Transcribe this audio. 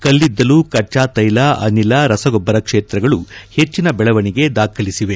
ಕಲ್ಲಿದ್ದಲು ಕಚ್ಚಾತ್ಯೆಲ ಅನಿಲ ರಸಗೊಬ್ಬರ ಕ್ಷೇತ್ರಗಳು ಹೆಚ್ಚಿನ ಬೆಳವಣಿಗೆ ದಾಖಲಿಸಿದೆ